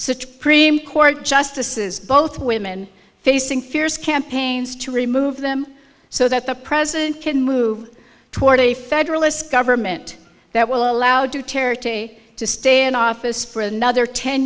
such priem court justices both women facing fierce campaigns to remove them so that the president can move toward a federalist government that will allow do charity to stay in office for another ten